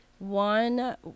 One